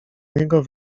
niego